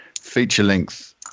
feature-length